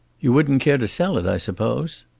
you wouldn't care to sell it, i suppose?